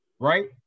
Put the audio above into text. right